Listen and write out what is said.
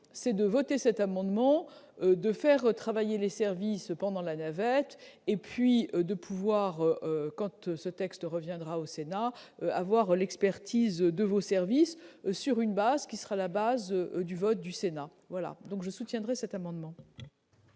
c'est de voter cet amendement de faire travailler les services cependant la navette et puis de pouvoir ce texte reviendra au Sénat avoir l'expertise de vos services, sur une base qui sera la base du vote du Sénat, voilà donc je soutiendrai cet amendement.